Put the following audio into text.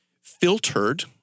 filtered